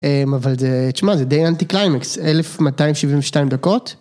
אבל תשמע זה די אנטי קליימקס, 1272 דקות.